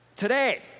today